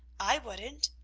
i wouldn't.